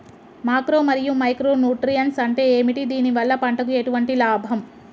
Macro మరియు micro nutrients అంటే ఏమిటి? దీనివల్ల పంటకు ఎటువంటి లాభం?